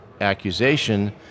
accusation